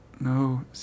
No